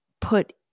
put